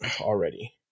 already